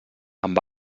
amb